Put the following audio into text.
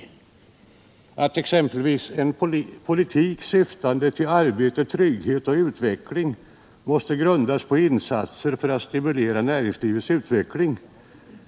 Där sägs t.ex.: ”En politik syftande till arbete, trygghet och utveckling måste grundas på insatser för att stimulera näringslivets utveckling.”